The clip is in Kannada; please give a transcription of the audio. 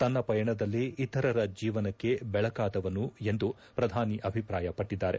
ತನ್ನ ಪಯಣದಲ್ಲಿ ಇತರರ ಜೀವನಕ್ಕೆ ಬೇಳಕಾದವನು ಎಂದು ಪ್ರಧಾನಿ ಅಭಿಪ್ರಾಯಪಟ್ಟದ್ದಾರೆ